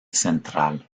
central